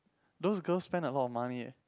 those girls spend a lot of money eh